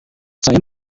saya